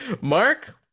Mark